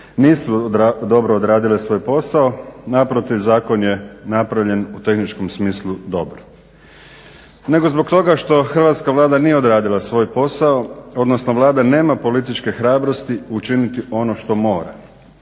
nisu dobro odradile svoj posao, naprotiv zakon je napravljen u tehničkom smislu dobro, nego zbog toga što hrvatska Vlada nije odradila svoj posao, odnosno Vlada nema političke hrabrosti učiniti ono što mora,